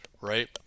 right